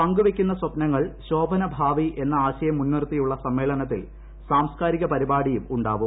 പങ്കുവയ്ക്കുന്ന സ്വപ്നങ്ങൾ ശോഭനഭാവി എന്ന ആശയം മുൻ നിർത്തിയുള്ള സമ്മേളനത്തിൽ സാംസ്കാരിക പരിപാടിയും ഉണ്ടാവും